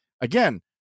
again